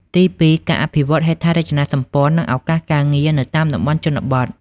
ទីពីរ ការអភិវឌ្ឍន៍ហេដ្ឋារចនាសម្ព័ន្ធ និងឱកាសការងារនៅតាមតំបន់ជនបទ។